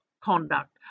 conduct